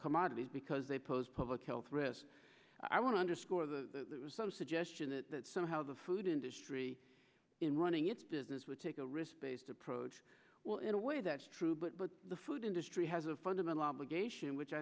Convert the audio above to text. commodities because they pose public health risks i want to underscore the suggestion that somehow the food industry in running its business would take a risk based approach well in a way that's true but the food industry has a fundamental obligation which i